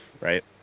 right